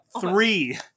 Three